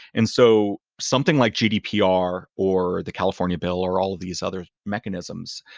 and so something like gdpr or the california bill or all these other mechanisms,